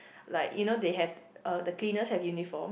like you know they have uh the cleaners have uniform